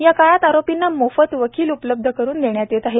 या काळात आरोपींना मोफत वकील उपलब्ध करुन देण्यात येत आहेत